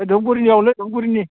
दुबगुरिनिआवलै दुबगुरिनि